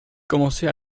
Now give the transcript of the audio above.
commençait